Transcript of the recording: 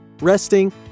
resting